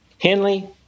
Henley